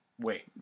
wait